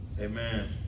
Amen